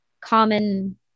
common